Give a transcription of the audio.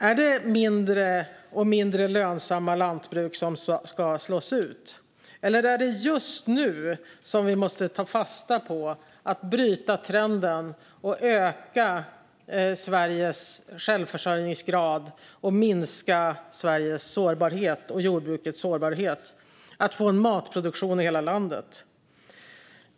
Är det mindre och mindre lönsamma lantbruk som ska slås ut, eller är det just nu vi måste ta fasta på att bryta trenden och öka Sveriges självförsörjningsgrad och minska Sveriges och jordbrukets sårbarhet genom att få en matproduktion i hela landet?